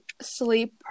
sleep